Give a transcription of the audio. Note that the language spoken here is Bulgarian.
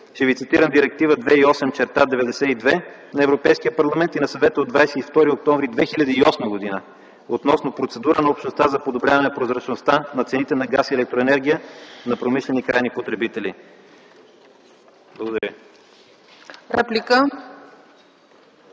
Ще Ви цитирам Директива 2008/92 на Европейския парламент и на Света от 22 октомври 2008 г. относно процедура на Общността за подобряване прозрачността на цените на газ и електроенергия на промишлени крайни потребители. Благодаря.